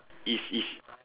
it's it's